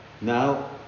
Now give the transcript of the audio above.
now